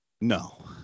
no